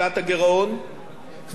כבודו הצביע, למעשה,